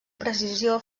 precisió